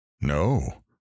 No